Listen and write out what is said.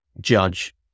judge